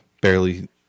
barely